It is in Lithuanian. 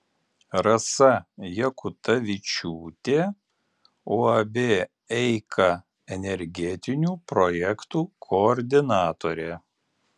rasa jakutavičiūtė uab eika energetinių projektų koordinatorė